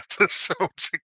episodes